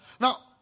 Now